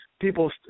people